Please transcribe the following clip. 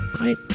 right